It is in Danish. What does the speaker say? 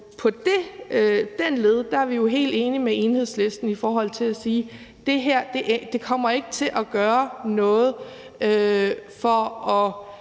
På den led er vi jo helt enige med Enhedslisten i forhold til at sige, at det her ikke kommer til at gøre noget for at